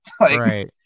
Right